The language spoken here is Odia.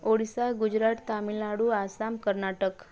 ଓଡ଼ିଶା ଗୁଜୁରାଟ ତାମିଲନାଡ଼ୁ ଆସାମ କର୍ଣ୍ଣାଟକ